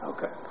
Okay